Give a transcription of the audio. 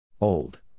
Old